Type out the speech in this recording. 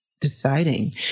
deciding